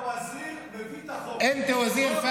הוא נכשל כישלון אדיר.) "הדא וזיר"